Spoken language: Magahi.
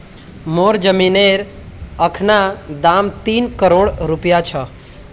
मोर जमीनेर अखना दाम तीन करोड़ रूपया छ